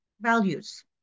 values